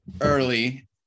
early